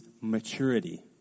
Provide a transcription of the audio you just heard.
maturity